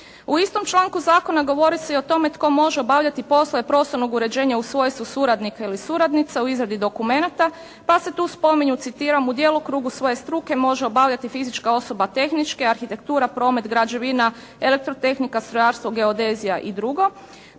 U istom članku zakona govori se i o tome tko može obavljati poslove prostornog uređenja u svojstvu suradnika ili suradnice u izradi dokumenata pa se tu spominju, citiram: «u djelokrugu svoje struke može obavljati fizička osoba tehničke: arhitektura, promet, građevina, elektrotehnika, strojarstvo, geodezija i drugo.